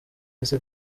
ese